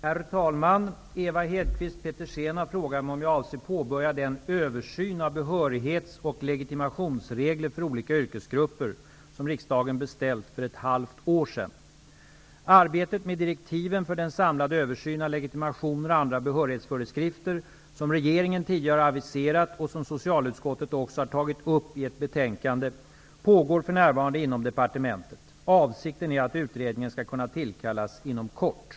Herr talman! Ewa Hedkvist Petersen har frågat mig om jag avser påbörja den översyn av behörighetsoch legitimationsregler för olika yrkesgrupper som riksdagen beställt för ett halvt år sedan. Arbetet med direktiven för den samlade översyn av legitimationer och andra behörighetsföreskrifter som regeringen tidigare har aviserat och som socialutskottet också har tagit upp i betänkande 1992/93:SoU1 pågår för närvarande inom departementet. Avsikten är att utredningen skall kunna tillkallas inom kort.